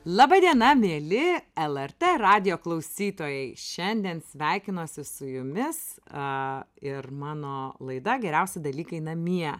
laba diena mieli lrt radijo klausytojai šiandien sveikinosi su jumis a ir mano laida geriausi dalykai namie